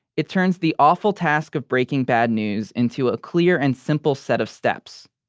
it turns the awful task of breaking bad news into a clear and simple set of steps.